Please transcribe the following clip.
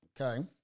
okay